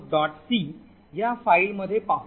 c ह्या file मध्ये पाहु